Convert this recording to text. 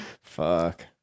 Fuck